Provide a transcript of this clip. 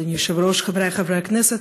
אדוני היושב-ראש, חברי חברי הכנסת,